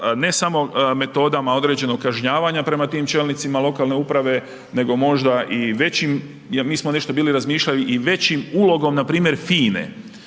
ne samo metodama određenog kažnjavanja prema tim čelnicima lokalne uprave nego možda i većim, mi smo nešto bili razmišljali i većim ulogom npr. FINE.